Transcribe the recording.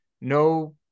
no